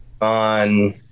on